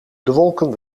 wolken